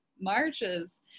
marches